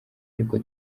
ariko